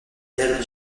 mère